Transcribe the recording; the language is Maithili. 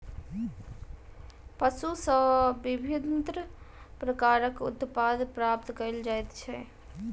पशु सॅ विभिन्न प्रकारक उत्पाद प्राप्त कयल जाइत छै